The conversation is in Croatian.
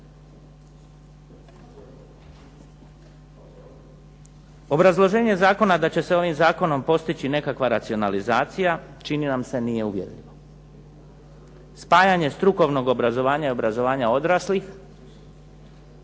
Obrazloženje zakona da će se ovim zakonom postići nekakva racionalizacija čini nam se nije uvjerljiva. Spajanje strukovnog obrazovanja i obrazovanja odraslih